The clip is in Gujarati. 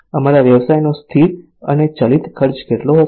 અમારા વ્યવસાયનો સ્થિર અને ચલિત ખર્ચ કેટલો હશે